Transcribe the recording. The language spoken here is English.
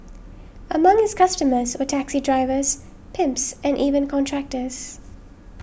among his customers were taxi drivers pimps and even contractors